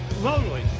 lonely